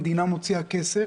המדינה מוציאה כסף,